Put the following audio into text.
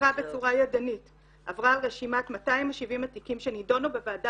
עברה בצורה ידנית על רשימת 270 התיקים שנדונו בוועדה